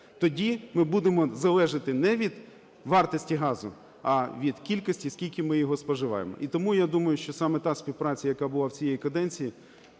Тоді ми будемо залежати не від вартості газу, а від кількості, скільки ми його споживаємо. І тому я думаю, що саме та співпраця, яка була в цієї каденції,